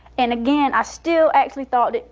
and again, i still actually thought,